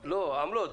לא, עמלות.